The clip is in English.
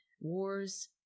wars